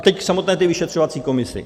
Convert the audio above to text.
Teď k samotné vyšetřovací komisi.